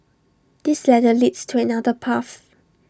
this ladder leads to another path